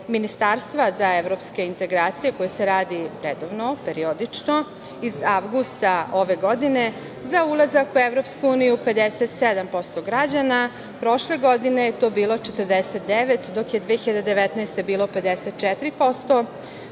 Ministarstva za evropske integracije koje se radi redovno, periodično iz avgusta ove godine za ulazak u EU je 57% građana, prošle godine je to bilo 49%, dok je 2019. godine bilo 54%.